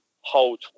hold